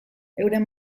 euren